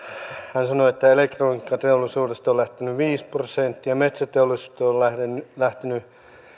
hän sanoi että elektroniikkateollisuudesta on lähtenyt viisi prosenttia ja metsäteollisuudesta on lähtenyt